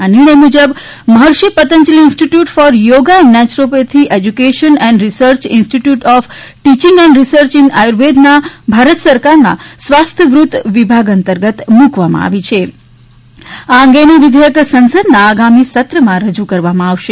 આ નિર્ણય મુજબ Maharishi Patanjali institute for yoga and naturopathy education and રિસર્ચને institute of teaching and research in આયુર્વેદના ભારત સરકારના સ્વાસ્થ્યવૃત વિભાગ અંતર્ગત મૂકવામાં આવી આ અંગેનું વિઘેયક સંસદના આગામી સત્રમાં રજૂ કરવામાં આવશે